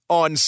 on